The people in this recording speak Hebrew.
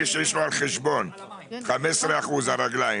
מי שיש לו על חשבון 15 אחוזים הרגליים